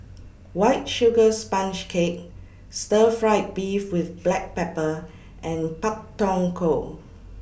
White Sugar Sponge Cake Stir Fried Beef with Black Pepper and Pak Thong Ko